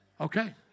Okay